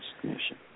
Commission